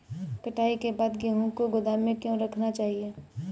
कटाई के बाद गेहूँ को गोदाम में क्यो रखना चाहिए?